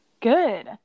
good